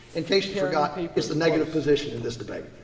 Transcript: in case you forgot, it's the negative position in this debate.